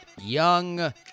Young